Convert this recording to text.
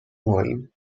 moim